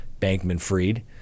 Bankman-Fried